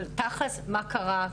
אבל תכל'ס מה קרה,